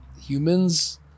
humans